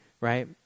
right